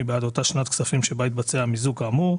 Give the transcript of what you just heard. בעד אותה שנת כספים שבה התבצע המיזוג כאמור,